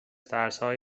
ترسهای